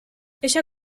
ella